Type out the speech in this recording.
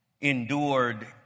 endured